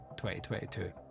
2022